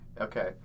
Okay